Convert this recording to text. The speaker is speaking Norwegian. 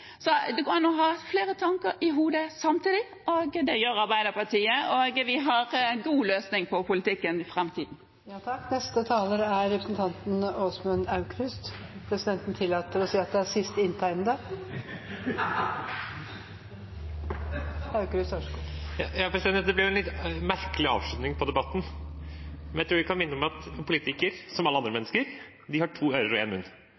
Så det går an å ha flere tanker i hodet samtidig, og det har Arbeiderpartiet, og vi har en god løsning på politikken i framtiden. Dette ble en litt merkelig avslutning på debatten, men jeg tror jeg kan minne om at en politiker, som alle andre mennesker, har to ører og én munn, og av og til lønner det seg, istedenfor å skrike, faktisk å lytte. For Stefan Heggelund sa at det var helt umulig å forstå hva Arbeiderpartiet mente, og